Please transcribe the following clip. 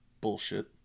bullshit